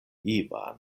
ivan